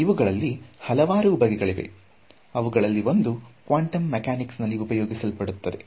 ಇವುಗಳಲ್ಲಿ ಹಲವಾರು ಬಗೆಗಳಿವೆ ಅವುಗಳಲ್ಲಿ ಒಂದು ಕ್ವಾಂಟಮ್ ಮೆಕ್ಯಾನಿಕ್ಸ್ ನಲ್ಲಿ ಉಪಯೋಗಿಸಲ್ಪಡುತ್ತದೆ